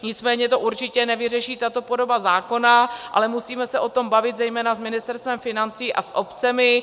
Nicméně to určitě nevyřeší tato podoba zákona, ale musíme se o tom bavit zejména s Ministerstvem financí a s obcemi.